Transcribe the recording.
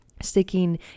sticking